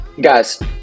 Guys